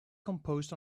composed